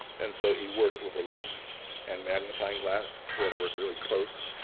and so he worked with a loop and magnifying glass. he had to work really close.